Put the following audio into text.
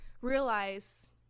realize